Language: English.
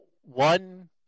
one